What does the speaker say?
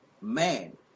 man